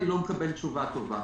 אני לא מקבל תשובה טובה.